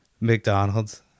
McDonald's